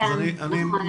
שלום לכולם.